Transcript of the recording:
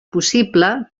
possible